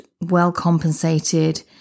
well-compensated